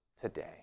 today